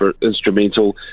instrumental